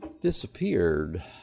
disappeared